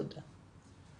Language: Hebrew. תודה.